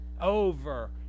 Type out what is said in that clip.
over